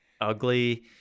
ugly